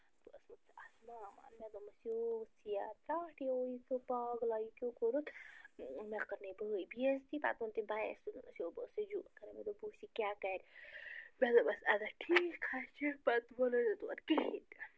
بہٕ اوسمَکھ ژٕ اَزماوان مےٚ دوٚپمس یو ؤژھ یا ترٛٹھ یو یہِ کیو پاگلا یہِ کیو کوٚرُتھ مےٚ کٔرنَے بٲے بے عزتی پتہٕ ووٚن تٔمۍ بَیَس تہِ یو بہٕ ٲسے جوک کَران مےٚ دوٚپ بہٕ وٕچھِ یہِ کیٛاہ کَرِ مےٚ دوٚپُس اَدا ٹھیٖک ہا چھُ پتہٕ پتہٕ ووٚنُن نہٕ تورٕ کِہیٖنۍ تہِ